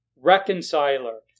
reconciler